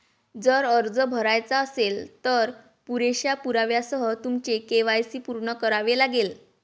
जर अर्ज भरायचा असेल, तर पुरेशा पुराव्यासह तुमचे के.वाय.सी पूर्ण करावे लागेल